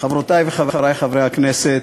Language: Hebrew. חברותי וחברי חברי הכנסת,